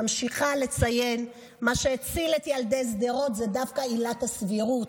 ממשיכה לציין: מה שהציל את ילדי שדרות זו דווקא עילת הסבירות.